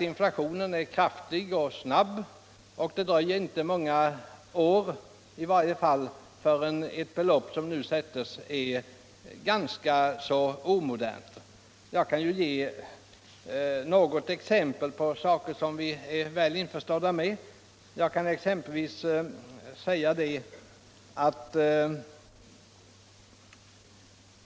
Inflationen är kraftig och snabb, och det dröjer inte många år förrän ett belopp som nu bestäms är ganska omodernt. Jag kan ge några exempel beträffande saker som vi är väl förtrogna med.